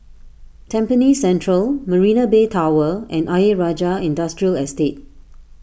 Tampines Central Marina Bay Tower and Ayer Rajah Industrial Estate